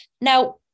Now